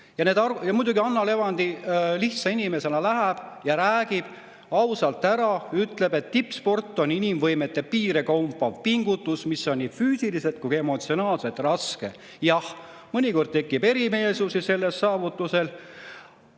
Ja muidugi läheb Anna Levandi lihtsa inimesena, räägib ausalt ja ütleb, et tippsport on inimvõimete piire kompav pingutus, mis on nii füüsiliselt kui ka emotsionaalselt raske, jah, mõnikord tekib erimeelsusi selle saavutamisel,